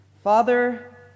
Father